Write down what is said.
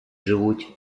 живуть